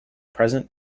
present